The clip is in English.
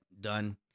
done